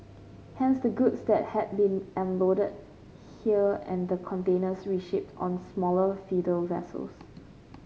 hence the goods that had been unloaded here and the containers reshipped on smaller feeder vessels